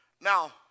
Now